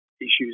issues